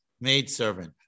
maidservant